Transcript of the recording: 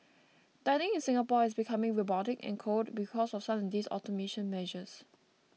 dining in Singapore is becoming robotic and cold because of some of these automation measures